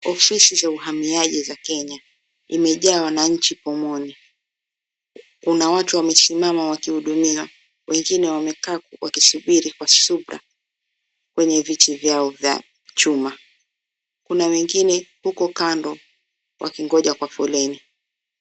Ofisi za uhamiaji za Kenya imejaa wananchi pomoni. Kuna watu wamesimama wakihudumiwa. Wengine wamekaa wakisubiri kwa subra kwenye viti vyao vya chuma. Kuna wengine huko kando wakingoja kwa foleni.